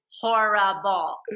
horrible